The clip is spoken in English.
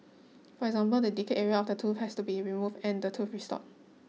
for example the decayed area of the tooth has to be removed and the tooth restored